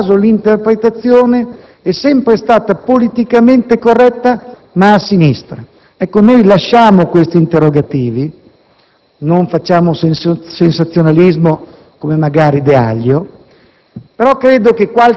liste. Anche in questo caso, l'interpretazione è sempre stata politicamente corretta, ma a sinistra. Lasciamo questi interrogativi, non facciamo sensazionalismo come Deaglio,